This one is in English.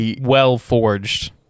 well-forged